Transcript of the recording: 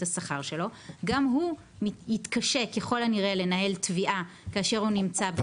השכר שלו גם הוא יתקשה ככל הנראה לנהל תביעה כאשר הוא נמצא מחוץ לארץ.